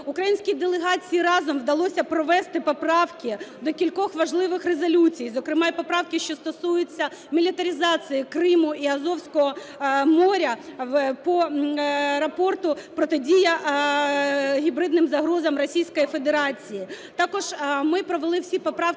Українській делегації разом вдалося провести поправки до кількох важливих резолюцій, зокрема і поправки, що стосуються мілітаризації Криму і Азовського моря, по рапорту "Протидія гібридним загрозам Російської Федерації". Також ми провели всі поправки,